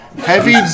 heavy